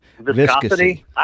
Viscosity